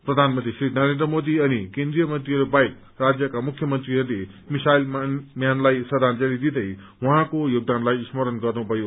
प्रधानमन्त्री श्री नरेन्द्र मोदी अनि केन्द्रिय मन्त्रीहरू बाहेक राज्यका मुख्यमन्त्रीहरूले मिसाइल म्यानलाई श्रद्धांजलि दिदै उहाँको योगदानलाई स्मरण गर्नुभयो